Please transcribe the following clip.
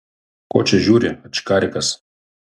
ko čia žiūri ačkarikas